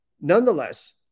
nonetheless